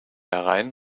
herein